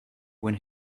when